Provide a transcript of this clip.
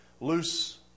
loose